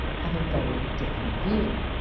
have a very different view.